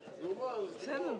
אין סעיפים 7